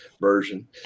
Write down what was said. version